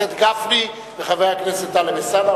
חבר הכנסת גפני וחבר הכנסת טלב אלסאנע,